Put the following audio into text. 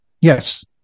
yes